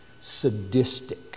sadistic